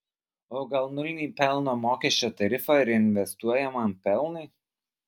o gal nulinį pelno mokesčio tarifą reinvestuojamam pelnui